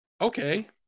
okay